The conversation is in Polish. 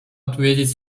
odwiedzić